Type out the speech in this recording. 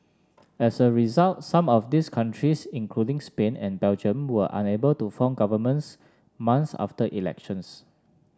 as a result some of these countries including Spain and Belgium were unable to form governments months after elections